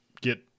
get